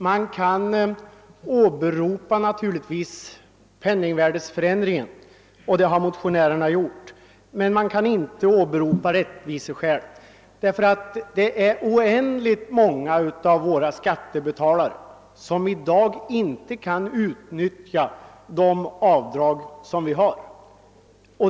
Man kan naturligtvis åberopa penningvärdeförsämringen, vilket motionärerna har gjort, men man kan inte åberopa rättviseskäl, ty det är oändligt många av våra skattebetalare som i dag inte kan utnyttja de avdrag som vi har.